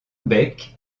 becs